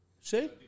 See